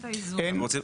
כן.